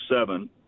seven